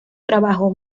trabajo